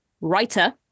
writer